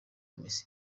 messi